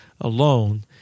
alone